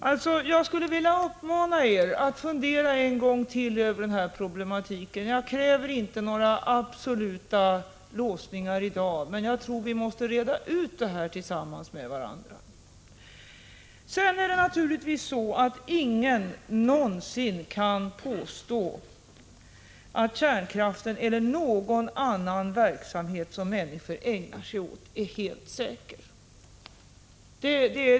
Herr talman! Jag skulle vilja uppmana er att en gång till fundera över denna problematik. Jag kräver inte några absoluta låsningar i dag, men jag tror att vi tillsammans måste reda ut detta. Sedan är det naturligtvis så att ingen någonsin kan påstå att kärnkraftsproduktionen eller någon annan verksamhet som människor ägnar sig åt är helt säker.